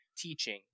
teaching